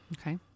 Okay